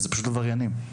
עבריינים.